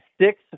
six